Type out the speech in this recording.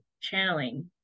channeling